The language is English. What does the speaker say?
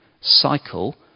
cycle